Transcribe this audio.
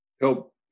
help